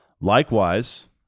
Likewise